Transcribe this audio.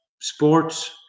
sports